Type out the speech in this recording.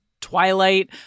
Twilight